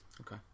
Okay